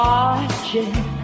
Watching